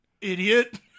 idiot